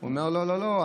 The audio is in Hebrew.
הוא אומר: לא לא לא,